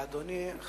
תודה לאדוני.